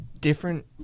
different